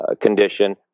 condition